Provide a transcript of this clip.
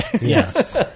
Yes